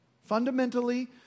Fundamentally